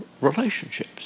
relationships